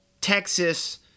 Texas